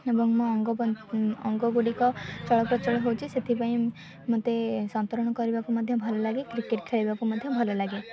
ଏବଂ ମୋ ଅଙ୍ଗ ପାଇଁ ଅଙ୍ଗଗୁଡ଼ିକ ଚଳପ୍ରଚଳ ହେଉଛି ସେଥିପାଇଁ ମୋତେ ସନ୍ତରଣ କରିବାକୁ ମଧ୍ୟ ଭଲ ଲାଗେ କ୍ରିକେଟ୍ ଖେଳିବାକୁ ମଧ୍ୟ ଭଲ ଲାଗେ